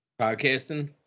Podcasting